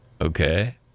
Okay